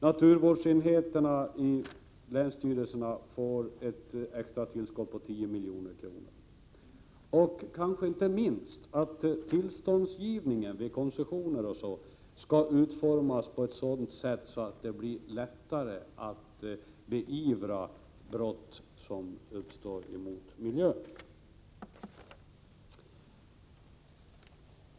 Naturvårdsenheterna vid länsstyrelserna får ett extra tillskott på 10 milj.kr. Inte minst: Tillståndsgivningen vid koncessioner och liknande skall utformas på ett sådant sätt att det blir lättare att beivra brott som begås mot miljölagstiftningen.